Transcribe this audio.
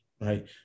Right